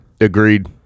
agreed